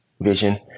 vision